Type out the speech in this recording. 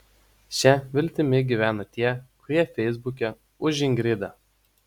šia viltimi gyvena tie kur feisbuke už ingridą